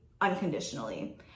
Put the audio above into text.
unconditionally